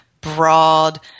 broad